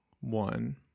one